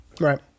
Right